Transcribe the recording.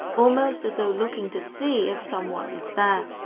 almost as though looking to see if someone is there.